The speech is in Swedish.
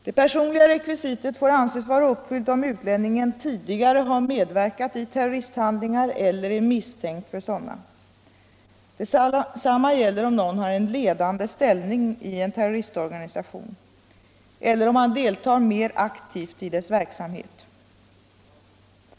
Det personliga rekvisitet får anses vara uppfyllt om utlänningen tidigare har medverkat i terroristhandlingar eller är misstänkt för sådana. Detsamma gäller om någon har en ledande ställning i en terroristorganisation eller om han deltar mera aktivt i dess verksamhet.